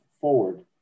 forward